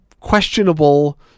questionable